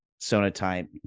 Sonatype